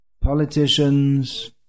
politicians